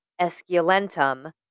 Esculentum